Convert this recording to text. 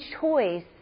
choice